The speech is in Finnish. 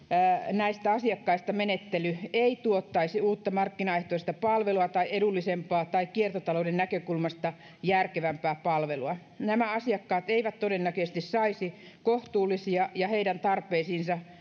näistä asiakkaista menettely ei tuottaisi uutta markkinaehtoista palvelua tai edullisempaa tai kiertotalouden näkökulmasta järkevämpää palvelua nämä asiakkaat eivät todennäköisesti saisi kohtuullisia ja heidän tarpeisiinsa